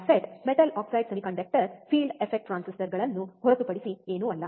MOSFET metal oxide semiconductor field effect ಟ್ರಾನ್ಸಿಸ್ಟರ್ಗಳನ್ನು ಹೊರತುಪಡಿಸಿ ಏನೂ ಅಲ್ಲ